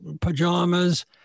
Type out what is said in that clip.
pajamas